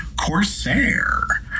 Corsair